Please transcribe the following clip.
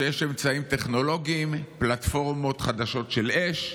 שיש אמצעים טכנולוגיים, פלטפורמות חדשות של אש,